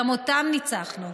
גם אותם ניצחנו.